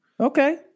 Okay